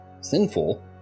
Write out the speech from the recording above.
sinful